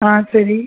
ஆ சரி